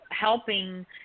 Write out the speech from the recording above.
helping